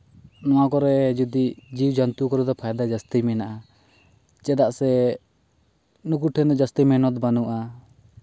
ᱱᱚᱣᱟ ᱠᱚᱨᱮ ᱡᱩᱫᱤ ᱡᱤᱣᱤ ᱡᱚᱱᱛᱩ ᱠᱚᱨᱮ ᱫᱚ ᱯᱷᱟᱭᱫᱟ ᱡᱟᱹᱥᱛᱤ ᱢᱮᱱᱟᱜᱼᱟ ᱪᱮᱫᱟᱜ ᱥᱮ ᱱᱩᱠᱩ ᱴᱷᱮᱱ ᱫᱚ ᱡᱟᱹᱥᱛᱤ ᱢᱮᱦᱱᱚᱛ ᱵᱟᱹᱱᱩᱜᱼᱟ